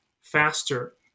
faster